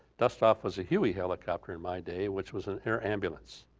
dust off was a huey helicopter in my day, which was an air ambulance.